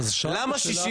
למה 61?